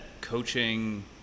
coaching